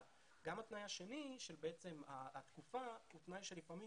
גם התנאי השני של התקופה הוא תנאי שלפעמים,